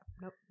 nope